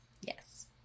Yes